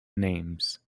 names